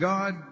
God